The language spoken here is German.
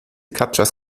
captchas